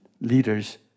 leaders